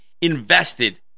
invested